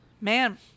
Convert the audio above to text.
Man